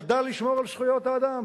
ידע לשמור על זכויות האדם,